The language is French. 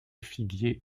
figuier